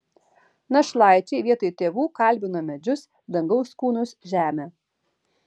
našlaičiai vietoj tėvų kalbino medžius dangaus kūnus žemę